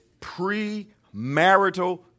premarital